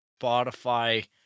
Spotify